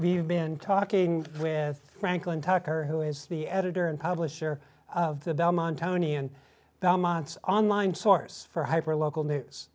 we've been talking with franklin tucker who is the editor and publisher of the belmont county and belmont's online source for hyper local news